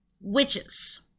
Witches